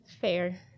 Fair